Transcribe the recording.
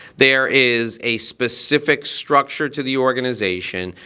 there is a specific structure to the organization,